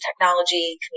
technology